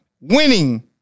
winning